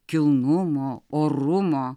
kilnumo orumo